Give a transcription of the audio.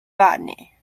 botany